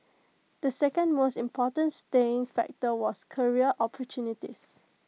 the second most important staying factor was career opportunities